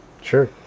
Sure